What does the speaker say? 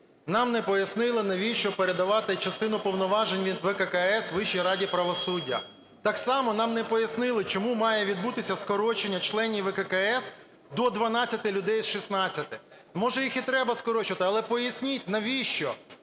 нам не пояснили, навіщо передавати частину повноважень ВККС Вищій раді правосуддя, так само нам не пояснили, чому має відбутися скорочення членів ВККС до 12 людей з 16. Може, їх і треба скорочувати, але поясніть навіщо.